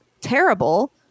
terrible